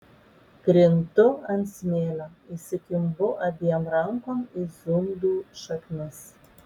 krintu ant smėlio įsikimbu abiem rankom į zundų šaknis